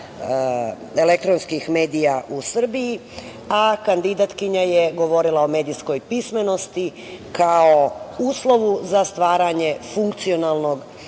elektronskih medija u Srbiji, a kandidatkinja je govorila o medijskoj pismenosti, kao uslovu za stvaranje funkcionalnog